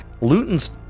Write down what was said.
Luton's